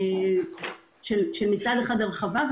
והם כוללים מצד אחד הרחבה,